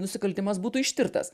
nusikaltimas būtų ištirtas